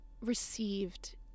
received